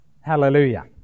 hallelujah